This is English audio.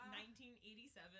1987